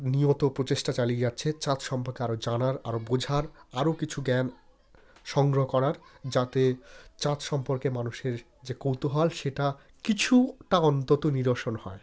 নিয়ত প্রচেষ্টা চালিয়ে যাচ্ছে চাঁদ সম্পর্কে আরও জানার আরও বোঝার আরও কিছু জ্ঞান সংগ্রহ করার যাতে চাঁত সম্পর্কে মানুষের যে কৌতূহল সেটা কিছুটা অন্তত নিরসন হয়